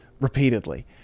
repeatedly